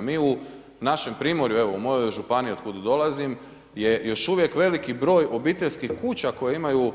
Mi u našem primorju, evo u mojoj županiji otkud dolazim je još uvijek veliki broj obiteljskih kuća koje imaju